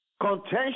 contention